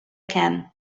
can